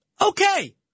Okay